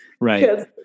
right